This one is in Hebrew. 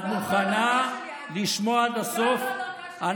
את מוכנה לשמוע עד הסוף?